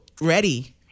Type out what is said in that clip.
ready